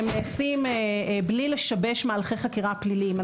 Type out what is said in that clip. והם נעשים בלי לשבש מהלכי חקירה פליליים.